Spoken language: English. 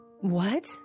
what